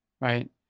right